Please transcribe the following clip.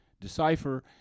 decipher